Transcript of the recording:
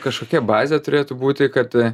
kažkokia bazė turėtų būti kad